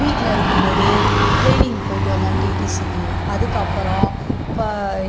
வீட்டில் இருக்கும் போது ட்ரெயினிங் போயிட்டு வந்தேன் டிடிசிக்கி அதுக்கப்புறோம் இப்போ